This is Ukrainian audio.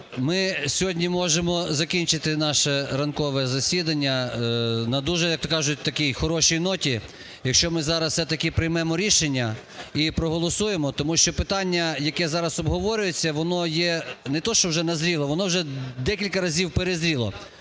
ми сьогодні можемо закінчити наше ранкове засідання на дуже, як-то кажуть, такій хорошій ноті, якщо ми зараз все-таки приймемо рішення і проголосуємо. Тому що питання, яке зараз обговорюється, воно є не те, що вже назріло, воно вже декілька разів перезріло.